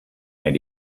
and